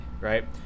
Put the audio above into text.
right